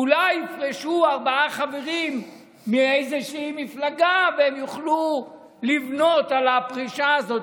אולי יפרשו ארבעה חברים מאיזושהי מפלגה והם יוכלו לבנות על הפרישה הזאת,